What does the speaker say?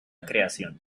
creación